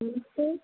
नमस्ते